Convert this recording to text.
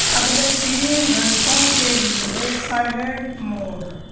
اگلے تین گھنٹوں کے لیے سائلینٹ موڈ